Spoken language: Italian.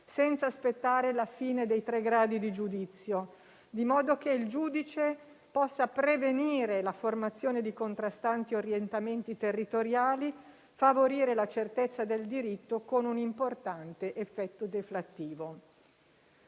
senza aspettare la fine dei tre gradi di giudizio, di modo che il giudice possa prevenire la formazione di contrastanti orientamenti territoriali e favorire la certezza del diritto con un importante effetto deflattivo.